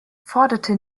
forderte